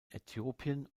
äthiopien